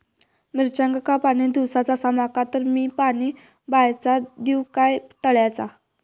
मिरचांका पाणी दिवचा आसा माका तर मी पाणी बायचा दिव काय तळ्याचा?